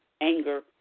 anger